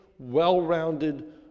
well-rounded